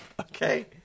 Okay